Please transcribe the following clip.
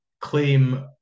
claim